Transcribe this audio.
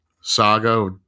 saga